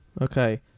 Okay